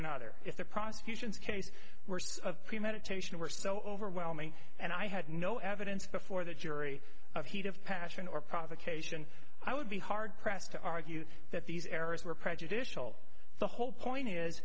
another if the prosecution's case were sort of premeditation were so overwhelming and i had no evidence before the jury of heat of passion or provocation i would be hard pressed to argue that these errors were prejudicial the whole point is